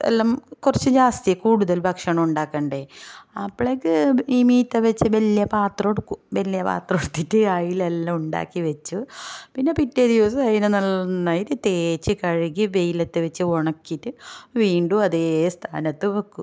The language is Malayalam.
എല്ലാം കുറച്ച് ജാസ്തി കൂടുതൽ ഭക്ഷണം ഉണ്ടാക്കണ്ടെ അപ്പോഴേയ്ക്ക് ഈ മീത്ത വച്ച് വലിയ പാത്രം എടുക്കും വലിയ പാത്രം എടുത്തിട്ട് അതിലെല്ലാം ഉണ്ടാക്കിവെച്ചു പിന്നെ പിറ്റേ ദിവസം അതിനെ നല്ല നന്നായിട്ട് തേച്ച് കഴുകി വെയിലത്ത് വെച്ച് ഉണക്കിയിട്ട് വീണ്ടും അതെ സ്ഥാനത്ത് വെക്കും